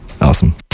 Awesome